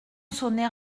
sonner